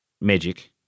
magic